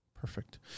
perfect